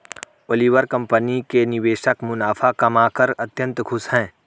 Oliver company के निवेशक मुनाफा कमाकर अत्यंत खुश हैं